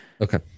Okay